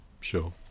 sure